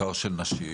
בעיקר של נשים.